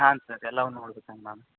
ಹಾಂ ಸರ್ ಎಲ್ಲವನ್ನೂ ನೋಡ್ಬೇಕೇನು